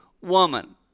woman